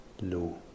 low